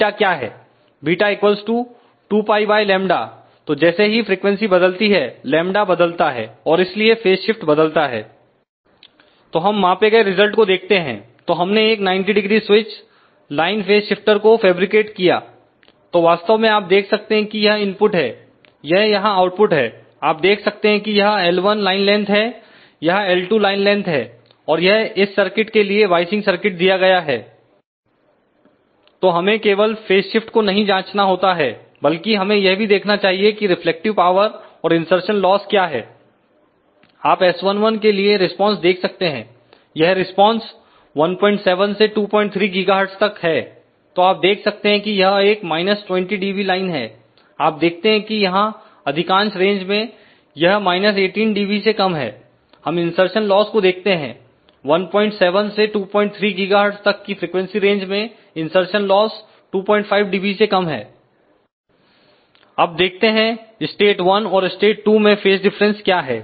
β 2πλ तो जैसे ही फ्रीक्वेंसी बदलती है λ बदलता है और इसलिए फेस शिफ्ट बदलता है तो हम मांपे गए रिजल्ट को देखते हैं तो हमने एक 900 स्विच लाइन फेज शिफ्टर को फैब्रिकेट किया तो वास्तव में आप देख सकते हैं कि यह इनपुट है यह यहां आउटपुट है आप देख सकते हैं कि यह l1 लाइन लेंथ है यह l2 लाइन लेंथ है और यह इस सर्किट के लिए वायसिंग सर्किट दिया गया है तो हमें केवल फेज शिफ्ट को नहीं जांचना होता है बल्कि हमें यह भी देखना चाहिए कि रिफ्लेक्टिव पावर और इनसरसन लॉस क्या है आप S11 के लिए रिस्पांस देख सकते हैं यह रिस्पांस 17 से 23 GHz तक है तो आप देख सकते हैं कि यह एक 20 dB लाइन है आप देखते हैं कि यहां अधिकांश रेंज में यह 18dB से कम है हम इनसरसन लॉस को देखते हैं 17 से 23 GHz तक की फ्रीक्वेंसी रेंज में इनसरसन लॉस 25 dB से कम है अब देखते हैं स्टेट 1 और स्टेट 2 में फेज डिफरेंस क्या है